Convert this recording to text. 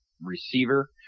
receiver